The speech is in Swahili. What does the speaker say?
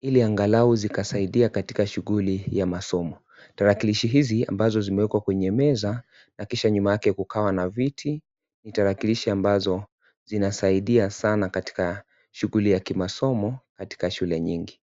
ili angalau zikasaidia katika shughuli ya masomo. Tarakilishi hizi ambazo zimewekwa kwenye meza na kisha nyuma yake kukawa na viti ni tarakilishi ambazo zinasaidia sana katika shughuli ya kimasomo katika shule nyingi.